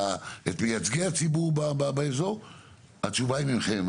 מייצגי הציבור באזור והתשובה צריכה לצאת מכם.